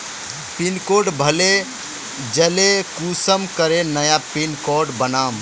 Pin code भूले जाले कुंसम करे नया पिन कोड बनाम?